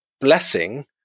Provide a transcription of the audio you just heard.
blessing